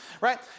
right